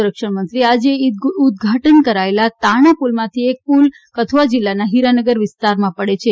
સંરક્ષણમંત્રીએ આજે ઇ ઉદઘાટન કરાયેલ તારણા પુલમાંથી એક પુલ કથુઆ જિલ્લાના હિરાનગર વિસ્તારમાં પડે છે